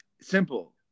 Simple